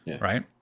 Right